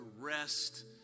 rest